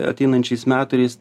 ateinančiais metais